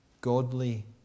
Godly